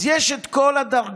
אז יש את כל הדרגות.